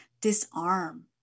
disarm